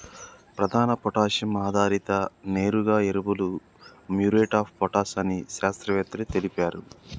ప్రధాన పొటాషియం ఆధారిత నేరుగా ఎరువులు మ్యూరేట్ ఆఫ్ పొటాష్ అని శాస్త్రవేత్తలు తెలిపారు